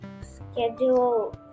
schedule